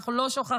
שאנחנו לא שוכחים,